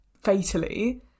fatally